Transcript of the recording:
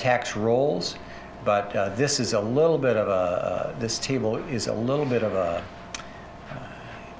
tax rolls but this is a little bit of this table is a little bit of a